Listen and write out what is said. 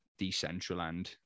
Decentraland